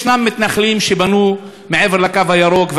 יש מתנחלים שבנו מעבר לקו הירוק,